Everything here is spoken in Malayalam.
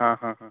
ആ ആ ആ